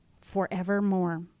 forevermore